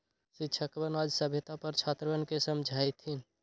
शिक्षकवन आज साम्यता पर छात्रवन के समझय थिन